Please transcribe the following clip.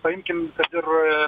paimkim kad ir